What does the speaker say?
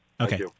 Okay